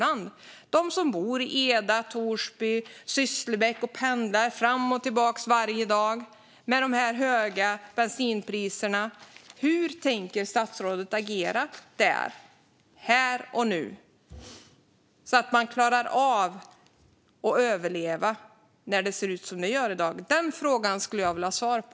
Vad tänker statsrådet göra för dem som bor i Eda, Torsby eller Sysslebäck och som pendlar fram och tillbaka varje dag med de här höga bensinpriserna? Hur tänker statsrådet agera här och nu för att människor ska klara att överleva när det ser ut som det gör i dag? Den frågan skulle jag vilja ha svar på.